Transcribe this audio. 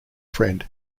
friend